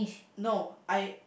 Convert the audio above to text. no I